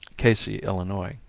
casey, illinois.